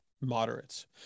moderates